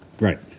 Right